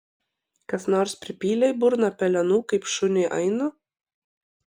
kas nors pripylė į burną pelenų kaip šuniui ainu